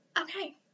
Okay